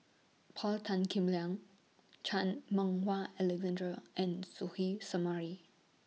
Paul Tan Kim Liang Chan Meng Wah Alexander and Suzairhe Sumari